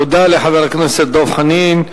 תודה לחבר הכנסת דב חנין.